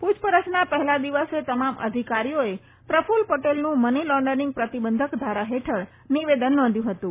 પુછપરછના પહેલા દિવસે તપાસ અધિકારીઓએ પ્રફલ્લ પટેલનું મની લોન્ડરીંગ પ્રતિબંધક ધારા હેઠળ નિવેદન નોંધ્યું હતું